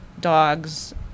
dogs